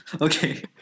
Okay